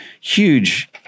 huge